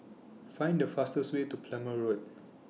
Find The fastest Way to Plumer Road